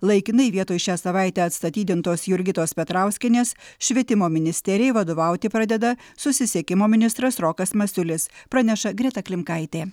laikinai vietoj šią savaitę atstatydintos jurgitos petrauskienės švietimo ministerijai vadovauti pradeda susisiekimo ministras rokas masiulis praneša greta klimkaitė